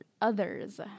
others